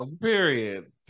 period